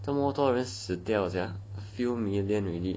这么多死 sia few million already